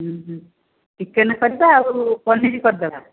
chicken କରିବା ଆଉ ପନୀର କରିଦେବା